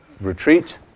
retreat